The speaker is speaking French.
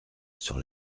sur